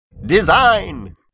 Design